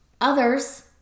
Others